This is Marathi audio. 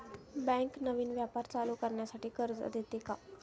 बँक नवीन व्यापार चालू करण्यासाठी कर्ज देते का?